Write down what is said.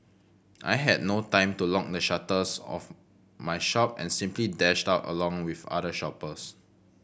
I had no time to lock the shutters of my shop and simply dashed out along with other shoppers